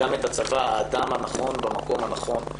גם את הצבא: "האדם הנכון במקום הנכון".